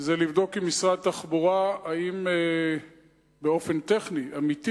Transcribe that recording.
לבדוק עם משרד התחבורה אם באופן טכני אמיתי